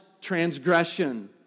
transgression